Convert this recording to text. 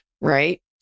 right